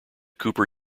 cooper